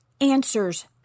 answers